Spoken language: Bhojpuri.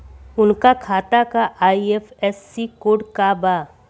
उनका खाता का आई.एफ.एस.सी कोड का बा?